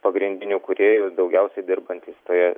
pagrindinių kūrėjų daugiausiai dirbantys toje